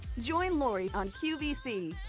join lori on qvc.